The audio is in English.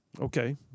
Okay